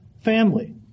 family